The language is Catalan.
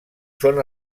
són